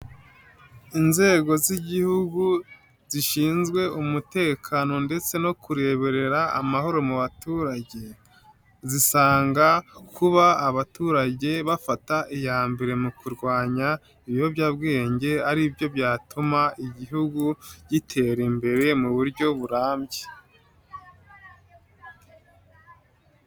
Inzego z'Igihugu zishinzwe umutekano ndetse no kureberera amahoro mu baturage, zisanga kuba abaturage bafata iya mbere mu kurwanya ibiyobyabwenge ari byo byatuma igihugu gitera imbere mu buryo burambye.